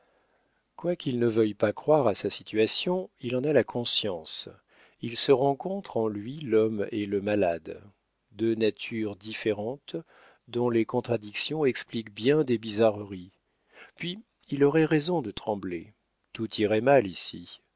quoiqu'il ne veuille pas croire à sa situation il en a la conscience il se rencontre en lui l'homme et le malade deux natures différentes dont les contradictions expliquent bien des bizarreries puis il aurait raison de trembler tout irait mal ici